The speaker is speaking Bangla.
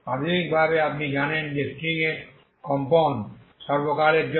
প্রাথমিকভাবে আপনি জানেন যে স্ট্রিং এর কম্পন সর্বকালের জন্য